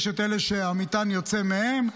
יש את אלה שהמטען יוצא מהם,